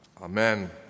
Amen